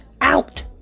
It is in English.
out